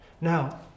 Now